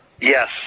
Yes